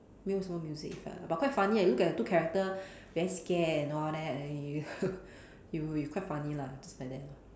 没有什么：mei you shen me music effect lah but quite funny eh you look at the two character very scared and all that and you it will be quite funny lah just like that lah